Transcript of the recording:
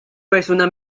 persuna